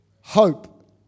Hope